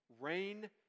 rain